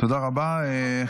תודה רבה.